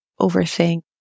overthink